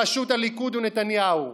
בראשות הליכוד ונתניהו,